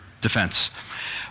defense